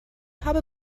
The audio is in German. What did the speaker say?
habe